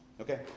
okay